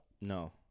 No